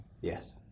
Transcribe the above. Yes